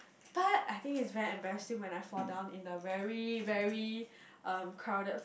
but I think it's very embarrassing when I fall down in the very very um crowded